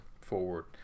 forward